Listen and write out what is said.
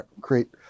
create